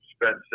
spent